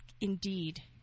Indeed